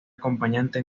acompañante